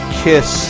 kiss